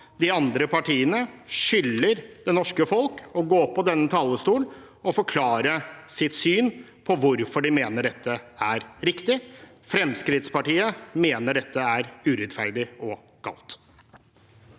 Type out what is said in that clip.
de andre partiene skylder det norske folk å gå opp på denne talerstolen og forklare hvorfor de mener dette er riktig. Fremskrittspartiet mener dette er urettferdig og galt.